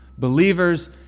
Believers